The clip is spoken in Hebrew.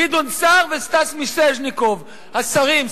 גדעון סער וסטס מיסז'ניקוב השרים,